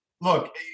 look